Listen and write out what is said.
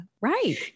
Right